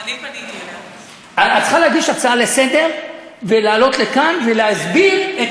את צריכה להגיש הצעה לסדר-היום ולעלות לכאן ולהסביר את